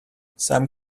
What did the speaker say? some